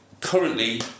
currently